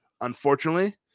Unfortunately